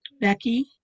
Becky